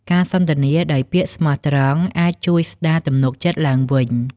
ការសន្ទនាដោយពាក្យស្មោះត្រង់អាចជួយស្ដារទំនុកចិត្តឡើងវិញ។